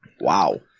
Wow